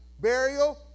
burial